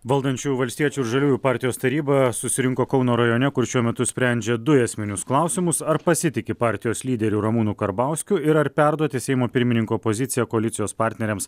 valdančiųjų valstiečių ir žaliųjų partijos taryba susirinko kauno rajone kur šiuo metu sprendžia du esminius klausimus ar pasitiki partijos lyderiu ramūnu karbauskiu ir ar perduoti seimo pirmininko poziciją koalicijos partneriams